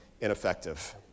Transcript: ineffective